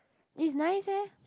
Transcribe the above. is nice eh